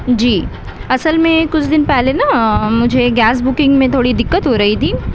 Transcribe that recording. جی اصل میں کچھ دن پہلے نا مجھے گیس بکنگ میں تھوڑی دقت ہو رہی تھی